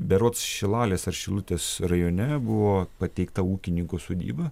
berods šilalės ar šilutės rajone buvo pateikta ūkininko sodyba